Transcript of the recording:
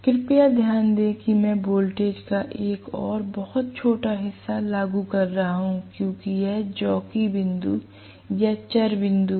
कृपया ध्यान दें कि मैं वोल्टेज का एक बहुत छोटा हिस्सा लागू कर रहा हूं क्योंकि यह जॉकी बिंदु या चर बिंदु है